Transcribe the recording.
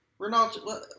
Ronaldo